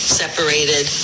separated